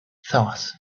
thought